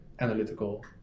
analytical